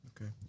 okay